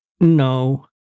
No